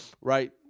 Right